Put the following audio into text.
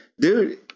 Dude